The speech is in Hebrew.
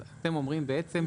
אז אתם אומרים בעצם,